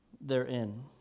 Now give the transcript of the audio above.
therein